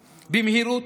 במהירות.